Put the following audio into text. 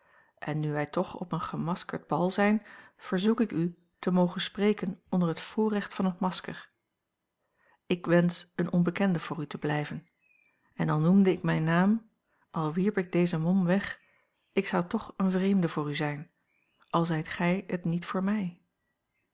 en nu wij toch op een gemaskerd bal zijn verzoek ik u te mogen spreken onder het voorrecht van het masker ik wensch een onbekende voor u te blijven en al noemde ik mijn naam al wierp ik deze mom weg ik zou toch een vreemde voor u zijn al zijt gij het niet voor mij